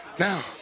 Now